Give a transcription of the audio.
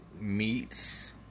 meats